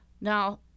Now